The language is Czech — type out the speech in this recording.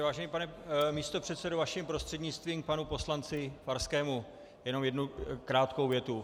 Vážený pane místopředsedo, vaším prostřednictvím k panu poslanci Farskému jenom jednu krátkou větu.